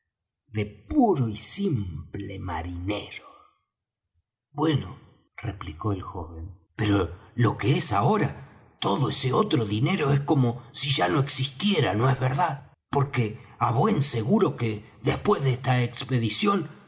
de puro y simple marinero bueno replicó el joven pero lo que es ahora todo ese otro dinero es como si ya no existiera no es verdad porque á buen seguro que después de esta expedición